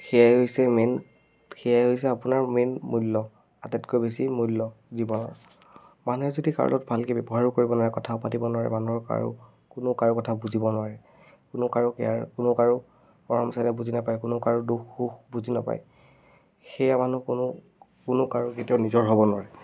সেয়াই হৈছে মেইন সেয়াই হৈছে আপোনাৰ মেইন মূল্য আটাইতকৈ বেছি মূল্য জীৱনৰ মানুহে যদি কাৰো লগত ভালকৈ ব্যৱহাৰো কৰিব নোৱাৰে কথাও পাতিব নোৱাৰে মানুহক কাৰো কোনো কাৰো কথা বুজিব নোৱাৰে কোনো কাৰো কেয়াৰ কোনো কাৰো মৰম চেনেহ বুজি নেপায় কোনো কাৰো দুখ সুখ বুজি নেপায় সেয়া মানুহ কোনো কোনো কাৰো কেতিয়াও নিজৰ হ'ব নোৱাৰে